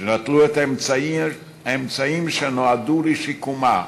שנטלו את האמצעים שנועדו לשיקומה